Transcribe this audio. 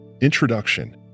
Introduction